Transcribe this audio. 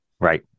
Right